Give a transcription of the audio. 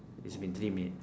it's been three minute